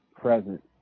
present